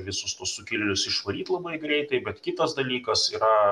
visus tuos sukilėlius išvaryt labai greitai bet kitas dalykas yra